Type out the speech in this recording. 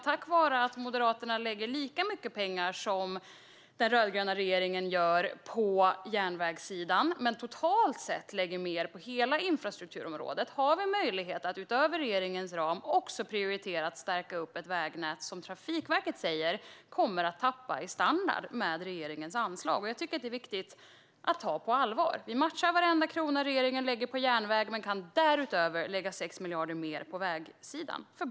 Tack vare att Moderaterna lägger lika mycket pengar som den rödgröna regeringen gör på järnvägssidan men totalt sett mer på hela infrastrukturområdet har vi möjlighet att utöver regeringens ram också prioritera att stärka ett vägnät som Trafikverket säger kommer att tappa i standard med regeringens anslag. Det är viktigt att ta på allvar. Vi matchar varenda krona regeringen lägger på järnväg men kan därutöver lägga 6 miljarder mer på vägsidan.